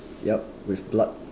yup with blood